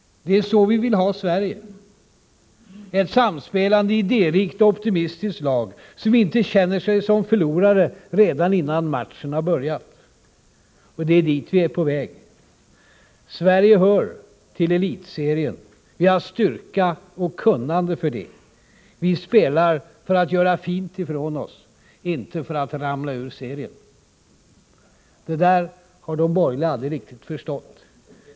Det är så vi vill ha Sverige: ett samspelande, idérikt och optimistiskt lag, som inte känner sig som förlorare redan innan matchen har börjat. Och det är dit vi är på väg. Sverige hör till elitserien. Vi har styrka och kunnande för det. Vi spelar för att göra fint ifrån oss — inte för att ramla ur serien. Detta har de borgerliga aldrig riktigt förstått.